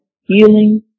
healing